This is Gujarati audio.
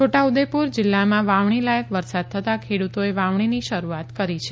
છોટાઉદેપુર જિલ્લામાં વાવણી લાયક વરસાદ થતાં ખેડૂતોએ વાવણીની શરૂઆત કરી છે